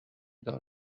دار